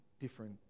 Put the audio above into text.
different